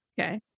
Okay